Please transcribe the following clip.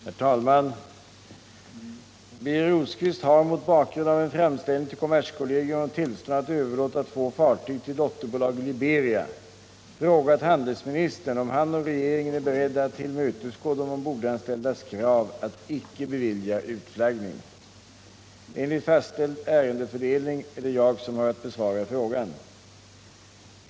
Herr talman! Birger Rosqvist har — mot bakgrund av en framställning till kommerskollegium om tillstånd att överlåta två fartyg till dotterbolag i Liberia — frågat handelsministern om han och regeringen är beredda att tillmötesgå de ombordanställdas krav att icke bevilja utflaggning. Enligt fastställd ärendefördelningär det jag som har att besvara frågan.